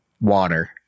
Water